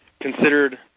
considered